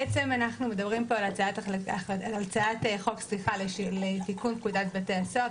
בעצם אנחנו מדברים על הצעת חוק לתיקון פקודת בתי הסוהר,